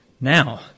now